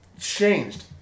changed